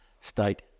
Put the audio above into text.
state